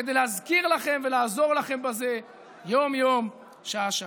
כדי להזכיר לכם ולעזור לכם בזה יום-יום, שעה-שעה.